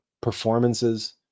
performances